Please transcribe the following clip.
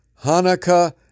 Hanukkah